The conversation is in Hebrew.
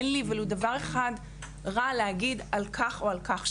אין לי ולו דבר אחד רע להגיד על כך או על כך.